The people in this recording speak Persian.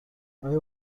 آیا